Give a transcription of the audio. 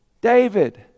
David